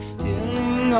Stealing